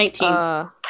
Nineteen